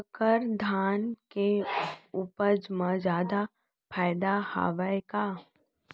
संकर धान के उपज मा जादा फायदा हवय का?